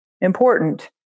important